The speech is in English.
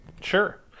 Sure